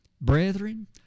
Brethren